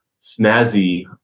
snazzy